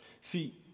See